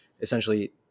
essentially